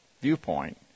viewpoint